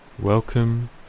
Welcome